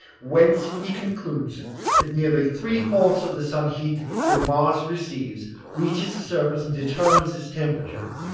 whence he concludes that nearly three-fourths of the sun-heat that mars receives reaches the surface and determines its temperature,